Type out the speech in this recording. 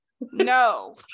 No